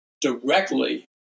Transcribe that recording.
directly